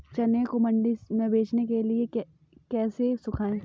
चने को मंडी में बेचने के लिए कैसे सुखाएँ?